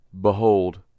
Behold